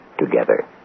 together